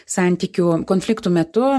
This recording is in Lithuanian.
santykių konfliktų metu